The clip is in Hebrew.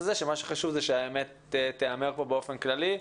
לזה שמה שחשוב הוא שהאמת תיאמר פה באופן כללי.